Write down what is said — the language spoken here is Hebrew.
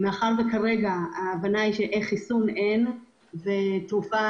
מאחר שכרגע ההבנה היא שאין חיסון ואין תרופה,